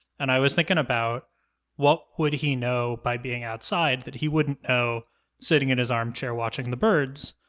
and i was thinking about what would he know by being outside that he wouldn't know sitting in his armchair watching the birds?